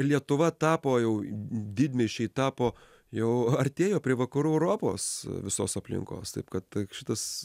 lietuva tapo jau didmiesčiai tapo jau artėjo prie vakarų europos visos aplinkos taip kad šitas